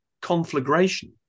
conflagration